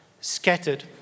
scattered